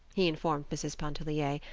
he informed mrs. pontellier,